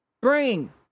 bring